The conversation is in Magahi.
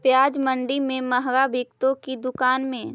प्याज मंडि में मँहगा बिकते कि दुकान में?